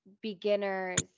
beginner's